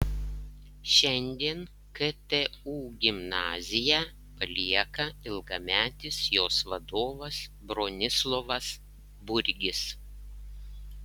šiandien ktu gimnaziją palieka ilgametis jos vadovas bronislovas burgis